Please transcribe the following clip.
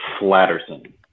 Flatterson